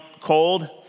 cold